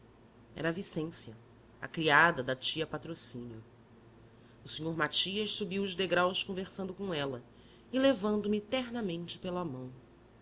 a vicência a criada da tia patrocínio o senhor matias subiu os degraus conversando com ela e levando me ternamente pela mão